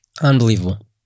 Unbelievable